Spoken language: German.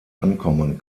ankommen